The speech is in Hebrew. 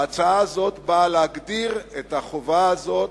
ההצעה הזאת באה להגדיר את החובה הזאת,